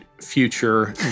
future